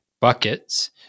buckets